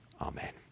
Amen